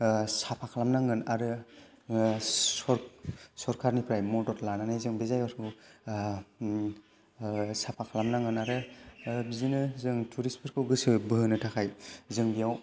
साफा खालामनांगोन आरो सरखारनिफ्राय मदद लानानै जों बे जायगाफोरखौ साफा खालामनांगोन आरो बिदिनो जों टुरिस्त फोरखौ गोसो बोहोनो थाखाय जों बेयाव